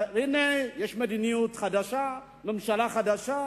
והנה יש מדיניות חדשה, ממשלה חדשה,